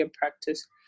practice